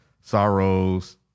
sorrows